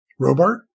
Robart